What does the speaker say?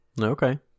Okay